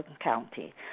County